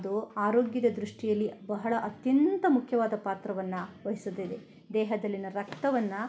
ಅದು ಆರೋಗ್ಯದ ದೃಷ್ಟಿಯಲ್ಲಿ ಬಹಳ ಅತ್ಯಂತ ಮುಖ್ಯವಾದ ಪಾತ್ರವನ್ನು ವಹಿಸುತ್ತದೆ ದೇಹದಲ್ಲಿನ ರಕ್ತವನ್ನು